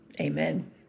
Amen